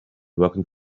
working